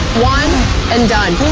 one and done,